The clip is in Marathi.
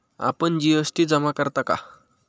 आपण जी.एस.टी जमा करता का?